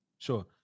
sure